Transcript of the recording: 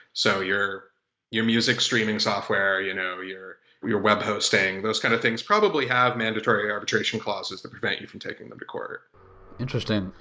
so your your music streaming software, you know your your web hosting. those kind of things probably have mandatory arbitration clauses that prevent you from taking them to court interesting.